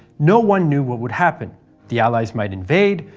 no one knew what would happen the allies might invade,